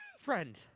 Friend